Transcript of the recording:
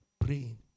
praying